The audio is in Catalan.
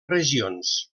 regions